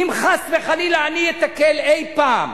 אם חס וחלילה אני אתקל אי-פעם